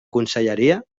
conselleria